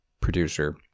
producer